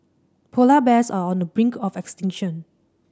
polar bears are on the brink of extinction